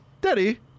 Daddy